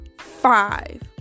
five